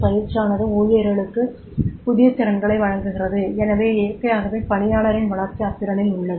பயிற்சியானது ஊழியர்களுக்கு புதிய திறன்களை வழங்குகிறது எனவே இயற்கையாகவே பணியாளரின் வளர்ச்சி அத்திறன்களில் உள்ளது